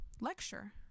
lecture